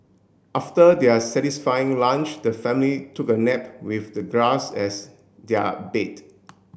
after their satisfying lunch the family took a nap with the grass as their bed